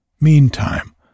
meantime